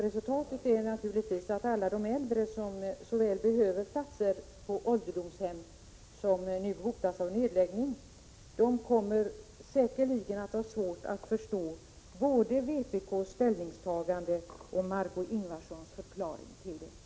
Resultatet blir att alla äldre som så väl behöver platser på de ålderdomshem som nu hotas av nedläggning säkerligen kommer att ha svårt att förstå både vpk:s ställningstagande och Margöé Ingvardssons förklaring till det.